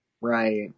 Right